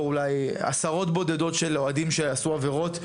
אולי עשרות בודדות של אוהדים שעשו עבירות,